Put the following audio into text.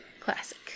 Classic